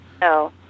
no